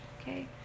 okay